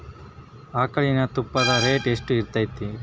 ಆಕಳಿನ ತುಪ್ಪದ ರೇಟ್ ಎಷ್ಟು ಇರತೇತಿ ರಿ?